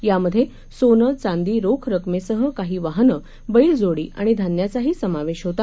यामध्ये सोनं चांदी रोख रक्कमेसह काही वाहनं बैलजोडी आणि धान्याचाही समावेश होता